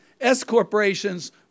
S-corporations